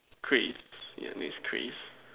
cranes yeah needs cranes